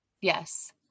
Yes